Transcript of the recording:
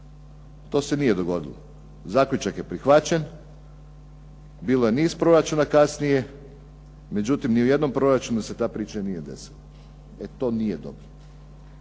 To se nije dogodilo. Zaključak je prihvaćen, bilo je niz proračuna kasnije, međutim ni u jednom proračunu se ta priča nije desila. E to nije dobro.